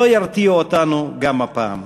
לא ירתיעו אותנו גם עתה.